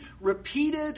repeated